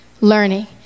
learning